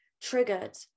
triggered